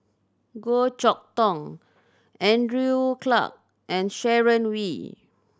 Goh Chok Tong Andrew Clarke and Sharon Wee